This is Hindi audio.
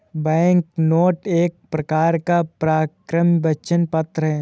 बैंकनोट एक प्रकार का परक्राम्य वचन पत्र है